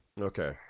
Okay